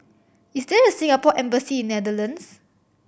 is there a Singapore Embassy in Netherlands